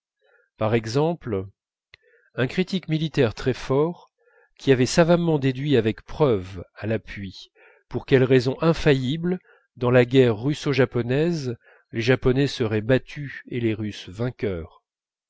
par exemple un critique militaire très fort qui avait savamment déduit avec preuves à l'appui pour quelles raisons infaillibles dans la guerre russo japonaise les japonais seraient battus et les russes vainqueurs